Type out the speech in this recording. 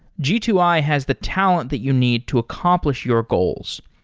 g two i has the talent that you need to accomplish your goals.